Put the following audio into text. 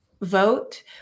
Vote